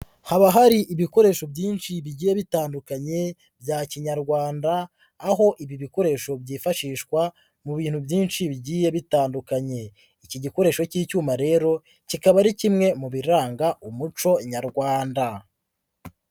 Haba hari ibikoresho byinshi bigiye bitandukanye bya kinyarwanda, aho ibi bikoresho byifashishwa mu bintu byinshi bigiye bitandukanye, iki gikoresho cy'icyuma rero kikaba ari kimwe mu biranga umuco nyarwanda.